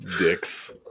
Dicks